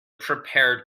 prepared